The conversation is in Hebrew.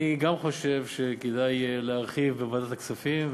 אני גם חושב שכדאי להרחיב בוועדת הכספים,